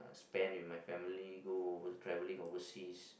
spend with my family go travelling overseas